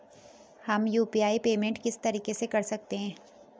हम UPI payment किस तरीके से कर सकते हैं?